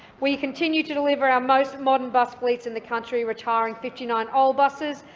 we continue to deliver our most modern bus fleet in the country, retiring fifty nine old buses,